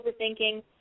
overthinking